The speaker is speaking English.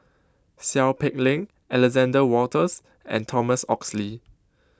Seow Peck Leng Alexander Wolters and Thomas Oxley